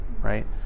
right